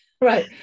Right